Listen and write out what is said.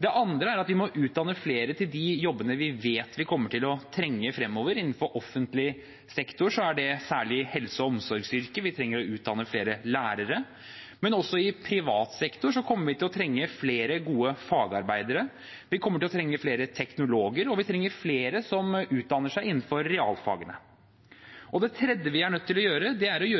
Det andre er at vi må utdanne flere til de jobbene vi vet vi kommer til å trenge fremover. Innenfor offentlig sektor er det særlig helse- og omsorgsyrker, og vi trenger å utdanne flere lærere. Men også i privat sektor kommer vi til å trenge flere gode fagarbeidere. Vi kommer til å trenge flere teknologer, og vi trenger flere som utdanner seg innenfor realfag. Det tredje vi er nødt til å gjøre, er å